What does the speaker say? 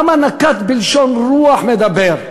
למה נקט לשון "רוח מדבר"?